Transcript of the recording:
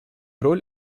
роль